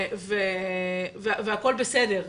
והכול בסדר.